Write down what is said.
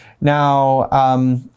Now